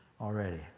already